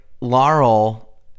laurel